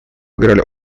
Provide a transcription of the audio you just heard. играли